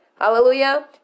Hallelujah